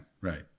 right